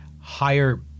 higher